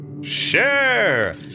Share